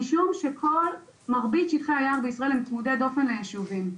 משום שמרבית שטחי היער בישראל הם צמודי דופן ליישובים,